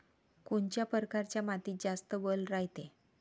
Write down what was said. कोनच्या परकारच्या मातीत जास्त वल रायते?